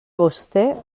vostè